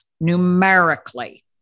numerically